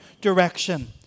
direction